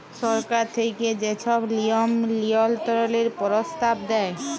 সরকার থ্যাইকে যে ছব লিয়ম লিয়ল্ত্রলের পরস্তাব দেয়